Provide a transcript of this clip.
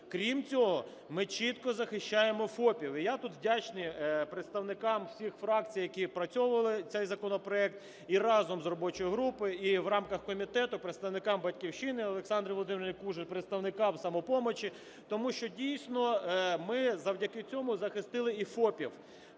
Крім цього, ми чітко захищаємо фопів. І я тут вдячний представникам всіх фракцій, які опрацьовували цей законопроект і разом з робочою групою, і в рамках комітету, представникам "Батьківщини", Олександрі Володимирівні Кужель, представникам "Самопомочі", тому що, дійсно, ми завдяки цьому захистили і фопів,